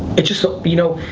it's just you know,